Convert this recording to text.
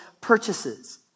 purchases